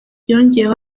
yongeyeho